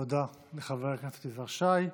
תודה לחבר הכנסת יזהר שי.